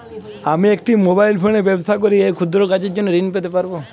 আমি একটি মোবাইল ফোনে ব্যবসা করি এই ক্ষুদ্র কাজের জন্য ঋণ পেতে পারব?